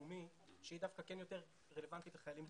לאומי שהיא דווקא כן יותר רלוונטית לחיילים בודדים.